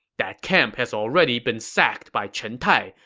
that camp has already been sacked by chen tai,